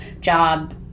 job